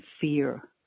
fear